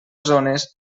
zones